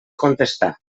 contestar